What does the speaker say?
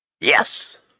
Yes